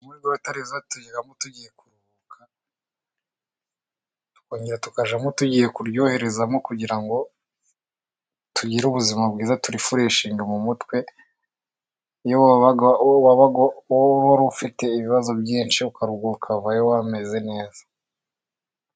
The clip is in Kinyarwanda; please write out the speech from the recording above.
Muri Gwata rezati tujyayo tugiye kuruhuka, tukongera tukajyayo tugiye kuryoherezamo kugira ngo tugire bwiza, turifureshinge mu mutwe. Iyo wabaga wari ufite ibibazo byinshi ukaruhuka, ukavayo wameze neza.